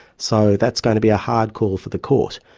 so that's going to be a hard call for the court.